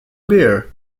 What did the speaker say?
beer